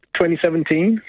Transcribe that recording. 2017